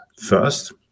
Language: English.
First